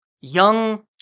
young